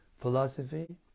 philosophy